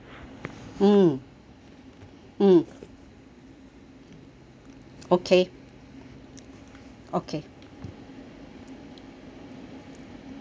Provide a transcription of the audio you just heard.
mm mm okay okay